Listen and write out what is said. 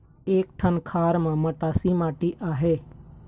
एक ठन खार म मटासी माटी आहे?